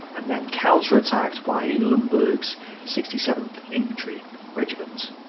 and then counterattacked by eulenburg's sixty seventh infantry regiment.